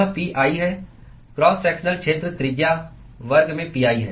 यह pi है cross sectional क्षेत्र त्रिज्या वर्ग में pi है